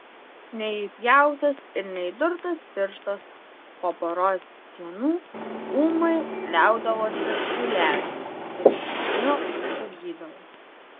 neįpjautas ir neįdurtas pirštas po poros dienų ūmai liaudavosi pūliavęs ir mirksniu sugydavo